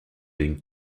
une